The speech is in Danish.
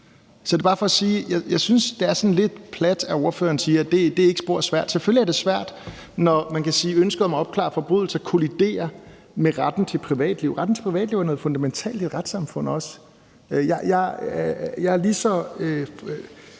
Det er bare for at sige, at jeg synes, det er sådan lidt plat, at spørgeren siger, at det ikke er spor svært. Selvfølgelig er det svært, når man kan se, at ønsket om at opklare forbrydelser kolliderer med retten til privatliv. Retten til privatliv er noget fundamentalt i et retssamfund også. Jeg er lige så